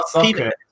Peter